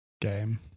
game